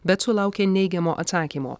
bet sulaukė neigiamo atsakymo